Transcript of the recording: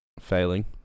Failing